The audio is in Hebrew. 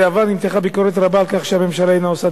בעבר נמתחה ביקורת רבה על כך שהממשלה אינה עושה